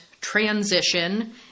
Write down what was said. transition